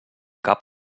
cap